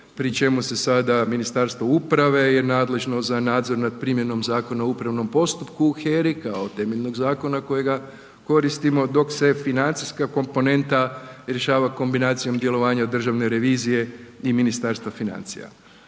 pri čemu se sada Ministarstvo uprave je nadležno za nadzor nad primjenom Zakona o upravnom postupku u HERI kao temeljnog zakona kojega koristimo dok se financijska komponenta rješava kombinacijom djelovanja Državne revizije i Ministarstva financija.